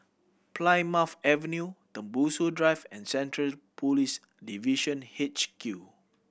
Plymouth Avenue Tembusu Drive and Central Police Division H Q